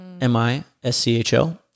M-I-S-C-H-O